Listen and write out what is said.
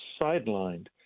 sidelined